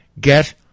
Get